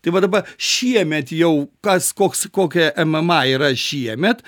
tai va daba šiemet jau kas koks kokia mma yra šiemet